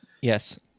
Yes